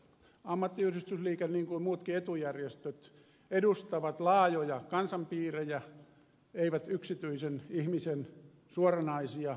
ammattiyhdistysliike niin kuin muutkin etujärjestöt edustaa laajoja kansanpiirejä ei yksityisen ihmisen suoranaisia etuja